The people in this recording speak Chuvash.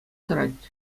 тӑрать